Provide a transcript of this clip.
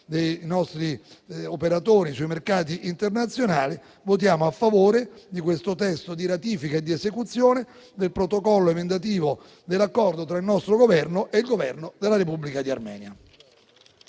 dei nostri operatori sui mercati internazionali, votiamo a favore del testo di ratifica e di esecuzione del Protocollo emendativo dell'Accordo tra il nostro Governo e il Governo della Repubblica di Armenia